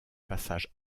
passage